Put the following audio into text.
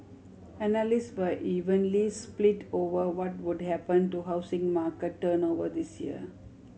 analysts were evenly split over what would happen to housing market turnover this year